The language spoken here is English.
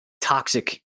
toxic